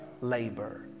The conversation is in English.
labor